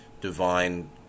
divine